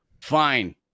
Fine